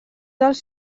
dels